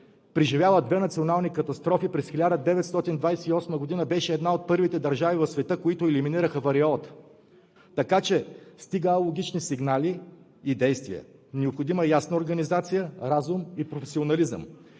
преживяла две национални катастрофи, през 1928 г. беше една от първите държави в света, които елиминираха вариолата. Така че стига алогични сигнали и действия. Необходима е ясна организация, разум и професионализъм.